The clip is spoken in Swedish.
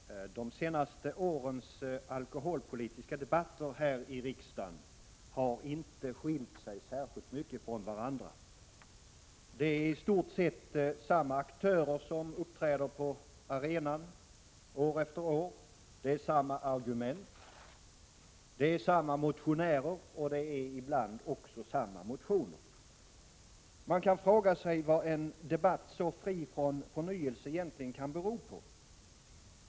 Fru talman! De senaste årens alkoholpolitiska debatter här i riksdagen har inte skilt sig särskilt mycket från varandra. Det är i stort sett samma aktörer som år efter år uppträder på arenan. Det är samma argument. Det är samma motionärer, och det är ibland också samma motioner. Man kan fråga sig vad en debatt så fri från förnyelse egentligen kan bero på.